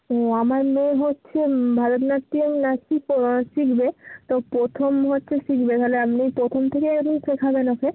ও আমার মেয়ে হচ্ছে ভারত নাট্যম নাচটি শিখবে তো প্রথম হচ্ছে শিখবে মানে আপনি প্রথম থেকে আপনি শেখাবেন ওকে